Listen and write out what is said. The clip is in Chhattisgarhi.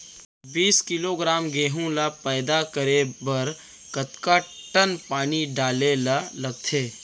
बीस किलोग्राम गेहूँ ल पैदा करे बर कतका टन पानी डाले ल लगथे?